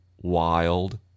wild